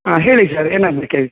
ಹಾಂ ಹೇಳಿ ಸರ್ ಏನಾಗ್ಬೇಕಾಗಿತ್ತು